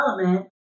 Development